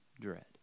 dread